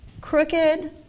crooked